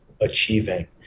achieving